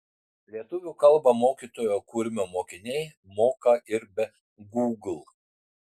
lietuvių kalbą mokytojo kurmio mokiniai moka ir be gūgl